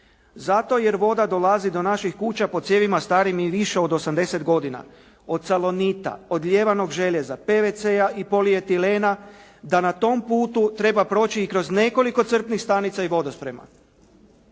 Zato jer voda dolazi do naših kuća po cijevima starijim i više od 80 godina. Od salonita, od lijevanog željeza, PVC-a i polietilena da na tom putu treba proći i kroz nekoliko crpnih stanica i vodosprema.